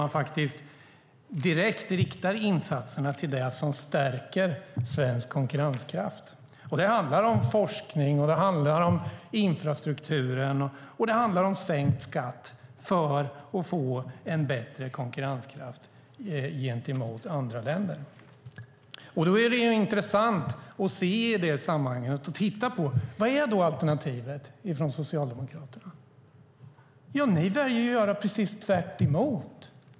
Man riktar insatserna direkt till det som stärker svensk konkurrenskraft. Det handlar om forskning, infrastruktur och sänkt skatt för att få bättre konkurrenskraft gentemot andra länder. Det är intressant att titta på vilket Socialdemokraternas alternativ är. Ni väljer att göra tvärtemot.